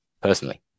personally